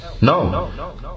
No